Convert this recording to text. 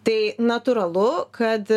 tai natūralu kad